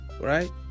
Right